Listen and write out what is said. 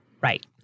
Right